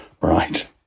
right